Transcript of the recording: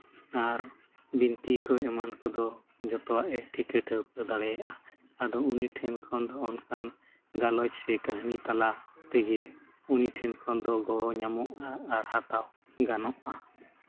ᱟᱨ ᱵᱤᱱᱛᱤ ᱠᱚ ᱮᱢᱟᱱ ᱠᱚᱫᱚ ᱡᱚᱛᱚᱣᱟᱜᱼᱮ ᱴᱷᱟᱹᱣᱠᱟᱹ ᱫᱟᱲᱮᱭᱟᱜᱼᱟ ᱟᱫᱚ ᱩᱱᱤ ᱴᱷᱮᱱ ᱠᱷᱚᱱ ᱫᱚ ᱚᱱᱠᱟᱱ ᱜᱟᱞᱚᱪ ᱥᱮ ᱠᱟᱹᱦᱱᱤ ᱛᱟᱞᱟ ᱛᱮᱜᱮ ᱩᱱᱤ ᱴᱷᱮᱱ ᱠᱷᱚᱱ ᱫᱚ ᱜᱚᱲᱚ ᱧᱟᱢᱚᱜᱼᱟ ᱟᱨ ᱦᱟᱛᱟᱣ ᱜᱟᱱᱚᱜᱼᱟ